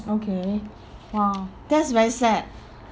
okay !wow! that's very sad